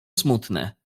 smutne